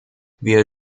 wir